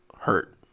hurt